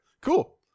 Cool